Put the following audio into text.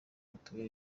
mutwe